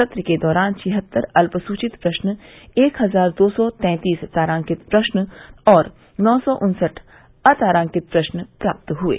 सत्र के दौरान छिहत्तर अल्पसूचित प्रश्न एक हजार दो सौ तैंतीस तारांकित प्रश्न और नौ सौ उन्सठ अतारांकित प्रश्न प्राप्त हुये